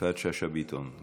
יפעת שאשא ביטון.